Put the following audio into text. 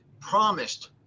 promised